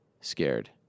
scared